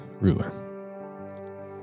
Ruler